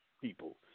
people